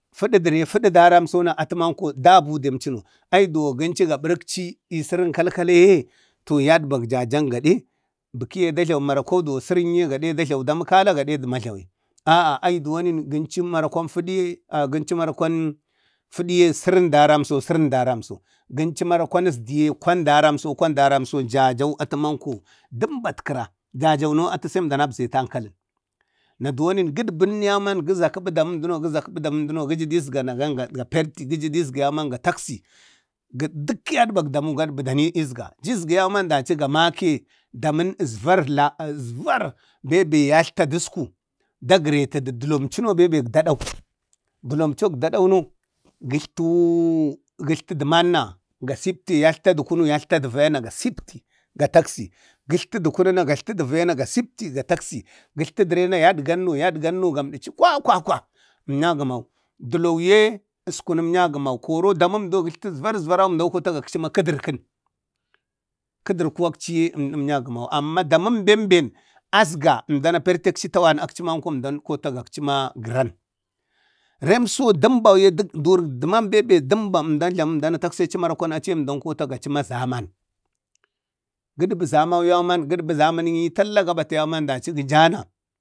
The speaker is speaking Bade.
fudu dəre, fuɗu dəramsona atu manko dabu. Agi duwon bemci no ayi duwo gimcu ga ɓarakci i səran kalkalaye to yadbaŋ jajan gaɗe bəkaye da jlawu markwauduwon sərən ye gəde da jlawi damu kala gade də majlawi, a'a ai duwoni gənchu marakwau kwan, fuduye, fudu daranso seri daramsi so serin daramso, gamcu marakwan asduye kwan daramso, kwan da ransi. Jajau atəmanko a dəmbatkəra. Jajau no awun abzegu ankalən. Na duwon ni gadban unno yauma gə zakabi daman dəno, gəzakaba daman dəno, gaji azgana gaga parti ganga taksi. dukka yadbak damu dani azga. Ji azga yauman dachi ga make damun asvarra la asvarr ga make daman asarar bembe yatlta isku a gretu dulomchunu dəlomcuno bebe azda aɗau, dulomco egdadauno gatltuu-gətlta də manna-citta yatla də kunu, yalta ɗa vayana gasiptina ga taksi. gatlta də kunu na gatlta də vayana gasipti ga taksi. Gatlta dərena yadgan no, yadganno, gamɗəchi kwakwa kwa, əmnyagəmau, dulauyee əskunu əmnyagəmau, koro daməmdo əsvarəg vara əmdau kotegakchi ma kədarkən. Kədərku akchiye əmdu amnyu gamau, amma daməm bembe asga əmdan a pertekci tawan, əmdan kotagakchi ma gəran. Remso a dəmbaye durak dəman bembe a dəmba əndan a jlamutaksechi mara kwan əmdan kotagachima zaman. Gadbe zamau yauman, gidbu zamamnyi talla gabata daci gəjana.